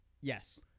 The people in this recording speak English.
Yes